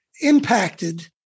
impacted